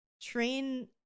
train